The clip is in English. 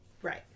Right